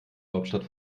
hauptstadt